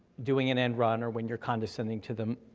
doing an enron, or when you're condescending to them,